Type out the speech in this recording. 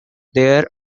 there